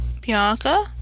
Bianca